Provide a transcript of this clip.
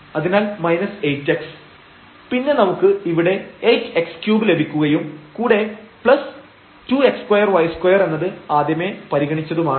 അതിനാൽ 8x പിന്നെ നമുക്ക് ഇവിടെ 8x3 ലഭിക്കുകയും കൂടെ 2 x2 y2 എന്നത് ആദ്യമേ പരിഗണിച്ചതാണ്